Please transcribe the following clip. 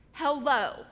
hello